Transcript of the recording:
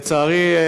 לצערי,